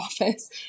office